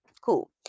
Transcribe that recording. Cool